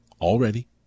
already